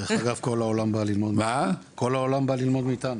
דרך אגב, כל העולם בא ללמוד מאיתנו.